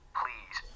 please